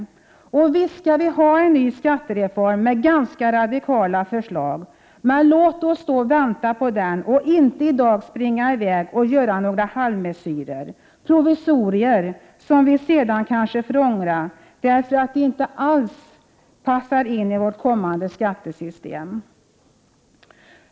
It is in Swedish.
Visst skall vi ha en ny skattereform med ganska radikala förslag! Men låt oss vänta på den i stället för att i dag springa i väg och göra halvmesyrer — provisorier som vi sedan kanske får ångra, därför att de inte alls passar in i vårt kommande skattesystem.